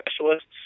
specialists